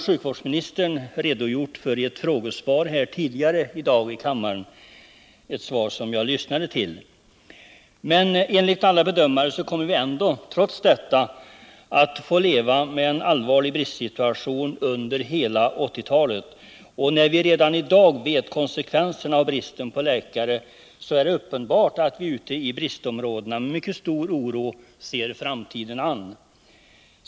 Sjukvårdsministern redogjorde för dem i ett frågesvar här i kammaren tidigare i dag som jag lyssnade till. Enligt alla bedömare kommer vi emellertid trots detta att få leva med en allvarlig bristsituation under hela 1980-talet. Vi känner redan i dag till vilka konsekvenserna blir av bristen på läkare, och det är självfallet med mycket stor oro man ute i bristområdena ser framtiden an.